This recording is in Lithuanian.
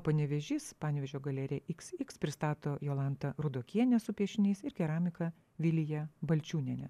panevėžys panevėžio galerija iks iks pristato jolanta rudokienė su piešiniais ir keramika vilija balčiūnienė